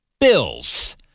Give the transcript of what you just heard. bills